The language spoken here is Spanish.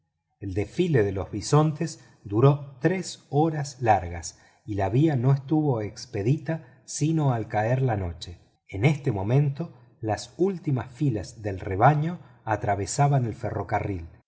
el desfile de los bisontes duró tres horas largas y la vía no estuvo expedita sino al caer la noche en este momento las últimas filas del rebaño atravesaban el ferrocarril